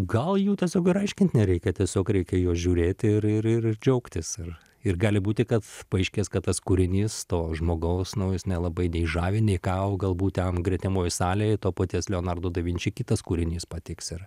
gal jų tiesiog ir aiškint nereikia tiesiog reikia į juos žiūrėti ir ir ir ir džiaugtis ir ir gali būti kad paaiškės kad tas kūrinys to žmogaus nu jis nelabai nei žavi nei ką o galbūt ten gretimoj salėj to paties leonardo da vinči kitas kūrinys patiks ir